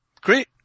Great